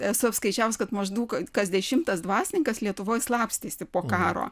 esu apskaičiavus kad maždaug kas dešimtas dvasininkas lietuvoj slapstėsi po karo